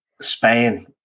Spain